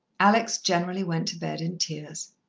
alex generally went to bed in tears.